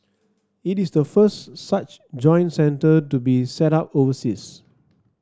it is the first such joint centre to be set up overseas